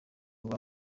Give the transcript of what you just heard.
rwa